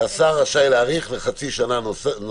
והשר רשאי להאריך בחצי שנה נוספת.